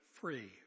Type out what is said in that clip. free